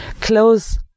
close